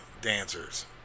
dancers